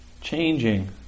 changing